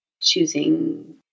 choosing